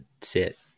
sit